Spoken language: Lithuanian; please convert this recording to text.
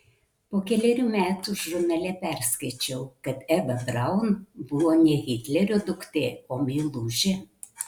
po kelerių metų žurnale perskaičiau kad eva braun buvo ne hitlerio duktė o meilužė